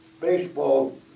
baseball